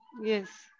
Yes